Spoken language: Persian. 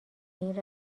این